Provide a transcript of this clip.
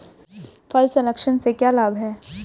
फल संरक्षण से क्या लाभ है?